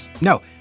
No